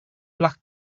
black